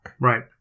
Right